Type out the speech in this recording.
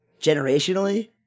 generationally